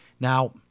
Now